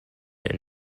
and